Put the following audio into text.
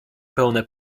pełne